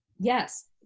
Yes